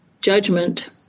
judgment